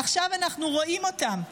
עכשיו אנחנו רואים אותם,